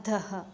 अधः